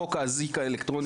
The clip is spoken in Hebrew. חוק האיזוק האלקטרוני